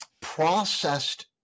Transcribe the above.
processed